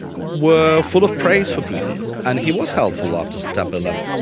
were full of praise for putin, and he was helpful after september eleven.